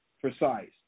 precise